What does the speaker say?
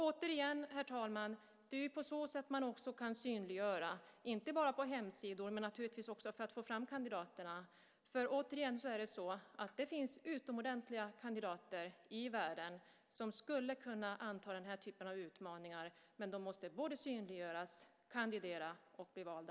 Återigen, herr talman! Det är på så sätt man kan synliggöra kandidaterna, inte bara på hemsidor men naturligtvis för att få fram kandidaterna. Det finns utomordentliga kandidater i världen som skulle kunna anta den typen av utmaningar, men de måste synliggöras, kandidera och bli valda.